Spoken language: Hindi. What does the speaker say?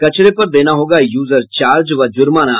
कचरे पर देना होगा यूजर चार्ज व जुर्माना